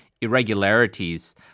irregularities